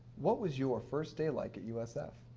what was your first day like at usf?